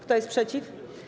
Kto jest przeciw?